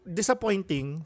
disappointing